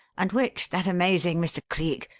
and which that amazing mr. cleek?